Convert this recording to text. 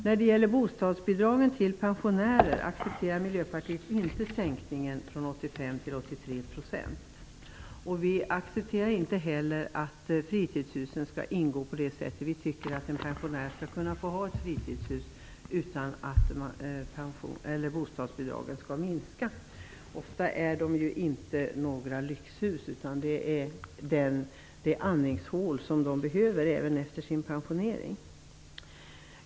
När det gäller bostadsbidragen till pensionärer accepterar Miljöpartiet inte sänkningen från 85 % till 83 %. Vi accepterar inte heller att fritidshusen skall ingå. Vi tycker att en pensionär skall kunna få ha ett fritidshus utan att bostadsbidraget skall minska. Ofta är de inte några lyxhus, utan det är det andningshål som de behöver även efter sin pensionering.